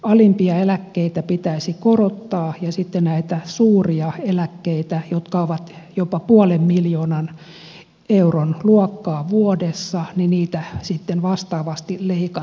alimpia eläkkeitä pitäisi korottaa ja sitten näitä suuria eläkkeitä jotka ovat jopa puolen miljoonan euron luokkaa vuodessa vastaavasti leikattaisiin